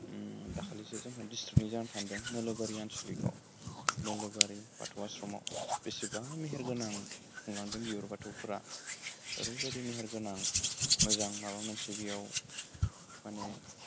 दाखालिसो जोंहा डिस्ट्रिकनि जाना थांदों उदालगुरि आन्सलिकआव नोलोबारि बाथौ आश्रमाव बेसेबा मेहेरगोनां खुंलांदो बिबार बाथौफोरा ओरैबायदि मेहेरगोनां मोजां माबा मोनसे बेयाव माने